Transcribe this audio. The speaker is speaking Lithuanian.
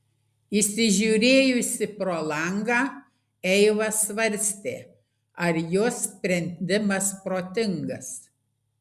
įsižiūrėjusi pro langą eiva svarstė ar jos sprendimas protingas